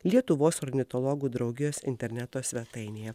lietuvos ornitologų draugijos interneto svetainėje